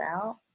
out